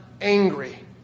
angry